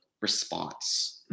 response